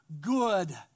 good